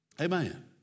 Amen